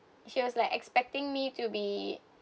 she was like expecting me to be